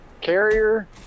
carrier